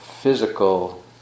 physical